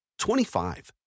25